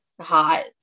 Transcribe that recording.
hot